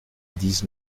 dix